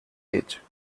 age